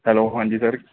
hello ਹਾਂਜੀ sir